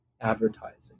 advertising